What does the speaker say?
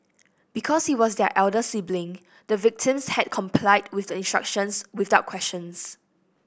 because he was their elder sibling the victims had complied with the instructions without questions